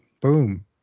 boom